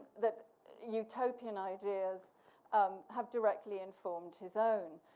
that utopian ideas um have directly informed his own.